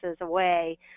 away